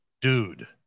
dude